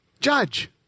judge